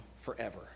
forever